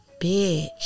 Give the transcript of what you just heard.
bitch